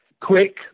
Quick